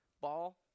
Ball